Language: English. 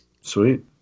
Sweet